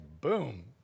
boom